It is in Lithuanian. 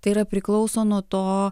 tai yra priklauso nuo to